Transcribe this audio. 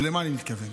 ולמה אני מתכוון?